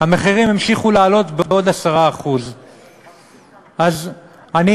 המחירים המשיכו לעלות בעוד 10%. אז אני